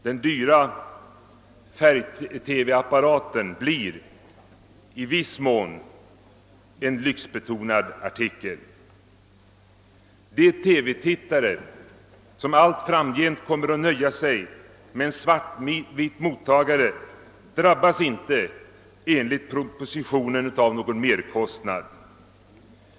Den dyra färg TV-apparaten blir i viss mån en lyxbetonad artikel. De TV-tittare som allt framgent kommer att nöja sig med en svart-vit mottagare drabbas enligt propositionen inte av någon merkostnad.